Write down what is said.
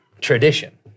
tradition